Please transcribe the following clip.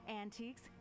antiques